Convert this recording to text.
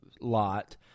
lot